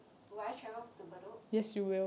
will I travel to bedok